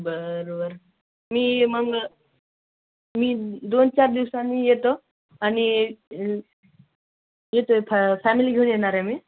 बरं बरं मी मग मी दोन चार दिवसांनी येतो आणि येतो आहे फ फॅमिली घेऊन येणार आहे मी